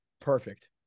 Perfect